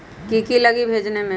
की की लगी भेजने में?